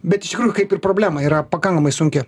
bet iš tikrųjų kaip ir problema yra pakamai sunki